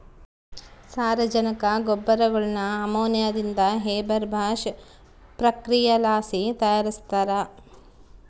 ಸಾರಜನಕ ಗೊಬ್ಬರಗುಳ್ನ ಅಮೋನಿಯಾದಿಂದ ಹೇಬರ್ ಬಾಷ್ ಪ್ರಕ್ರಿಯೆಲಾಸಿ ತಯಾರಿಸ್ತಾರ